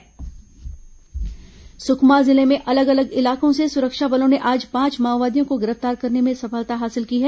माओवादी खबरें सुकमा जिले में अलग अलग इलाकों से सुरक्षा बलों ने आज पांच माओवादियों को गिरफ्तार करने में सफलता हासिल की है